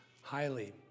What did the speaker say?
highly